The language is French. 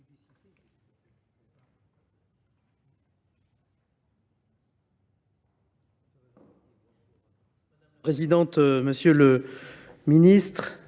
Madame la présidente, monsieur le ministre,